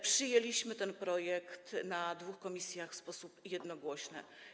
Przyjęliśmy ten projekt w dwóch komisjach w sposób jednogłośny.